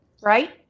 right